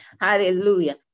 hallelujah